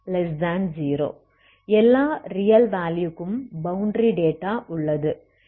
எல்லா ரியல் வேலுயுக்கும் boundary data உள்ளது